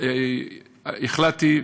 החלטתי,